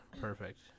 perfect